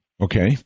Okay